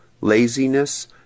laziness